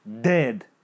dead